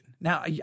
Now